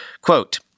Quote